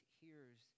hears